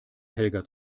helga